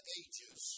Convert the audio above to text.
ages